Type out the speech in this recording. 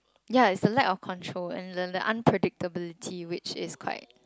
ya it's the lack of control and the the unpredictability which is quite